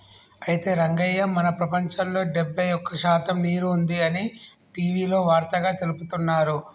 అయితే రంగయ్య మన ప్రపంచంలో డెబ్బై ఒక్క శాతం నీరు ఉంది అని టీవీలో వార్తగా తెలుపుతున్నారు